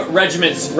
regiments